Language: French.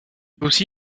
peut